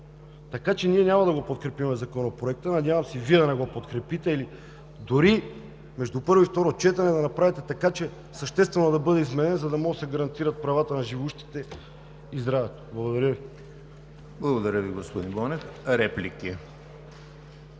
Така че ние няма да подкрепим Законопроекта, надявам се и Вие да не го подкрепите, дори между първо и второ четене да направите така, че съществено да бъде изменен, за да може да се гарантират правата на живущите и здравето. Благодаря Ви. ПРЕДСЕДАТЕЛ ЕМИЛ ХРИСТОВ: Благодаря Ви, господин Бонев. Реплики?